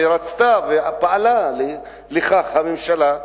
שרצתה ופעלה לכך הממשלה,